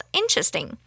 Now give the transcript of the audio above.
interesting